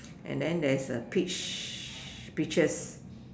and then there is a peach peaches